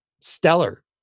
stellar